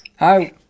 Hi